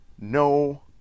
no